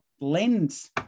lens